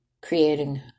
creating